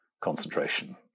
concentration